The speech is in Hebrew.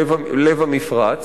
לב-המפרץ,